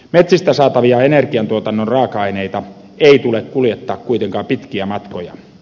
metsistä saatavia energiantuotannon raaka aineita ei tule kuljettaa kuitenkaan pitkiä matkoja